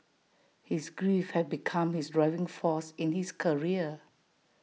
his grief had become his driving force in his career